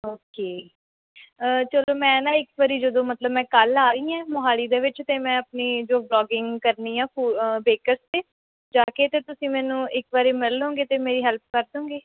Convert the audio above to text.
okay ਚੱਲੋ ਮੈਂ ਨਾ ਇੱਕ ਵਾਰੀ ਜਦੋਂ ਮਤਲਬ ਮੈਂ ਕੱਲ੍ਹ ਆ ਰਹੀ ਹੈ ਮੋਹਾਲੀ ਦੇ ਵਿੱਚ ਅਤੇ ਮੈਂ ਆਪਣੀ ਜੋ ਵਲੋਗਿੰਗ ਕਰਨੀ ਆ ਫੂ ਬੇਕਰਸ 'ਤੇ ਜਾ ਕੇ ਅਤੇ ਤੁਸੀਂ ਮੈਨੂੰ ਇੱਕ ਵਾਰੀ ਮਿਲ ਲੋਂਗੇ ਅਤੇ ਮੇਰੀ ਹੈਲਪ ਕਰ ਦੋਂਗੇ